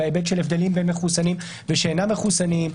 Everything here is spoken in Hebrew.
הבדלים בין מחוסנים ושאינם מחוסנים,